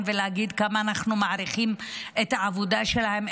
ולהגיד כמה אנחנו מעריכים את העבודה שלהם,